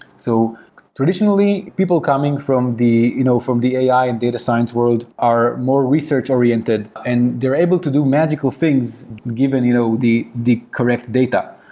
so traditionally, people coming from the you know from the ai and data science world are more research oriented and they're able to do magical things given you know the the correct data.